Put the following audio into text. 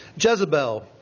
Jezebel